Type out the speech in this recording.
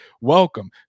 Welcome